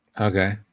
Okay